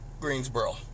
Greensboro